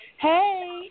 Hey